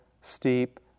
steep